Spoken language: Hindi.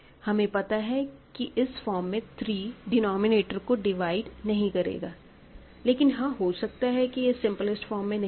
हमें पता है कि इस फॉर्म में 3 डिनोमिनेटर को डिवाइड नहीं करेगा लेकिन हाँ हो सकता है कि यह सिम्प्लिस्ट फॉर्म में नहीं है